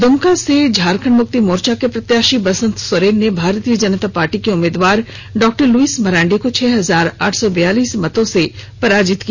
द्रमका से झारखंड मुक्ति मोर्चा के प्रत्याशी बसंत सोरेन ने भारतीय जनता पार्टी की उम्मीदवार डॉ लुईस मरांडी को छह हजार आठ सौ बयालीस मतों से पराजित किया